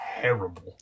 terrible